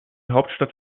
hauptstadt